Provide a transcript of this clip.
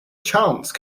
chance